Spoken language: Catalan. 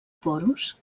porus